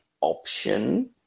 option